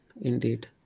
Indeed